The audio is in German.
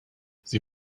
sie